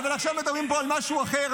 אבל עכשיו מדברים פה על משהו אחר.